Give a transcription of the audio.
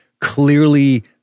clearly